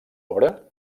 obra